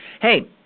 Hey